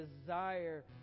desire